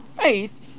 faith